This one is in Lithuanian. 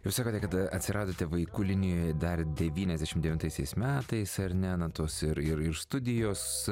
jūs sakote kad atsiradote vaikų linijoje dar devyniasdešimt devintaisiais metais ar ne na tos ir ir ir studijos